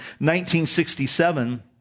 1967